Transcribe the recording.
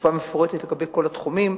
תשובה מפורטת לגבי כל התחומים.